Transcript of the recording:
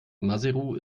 maseru